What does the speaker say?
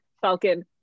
Falcon